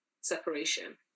separation